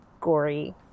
gory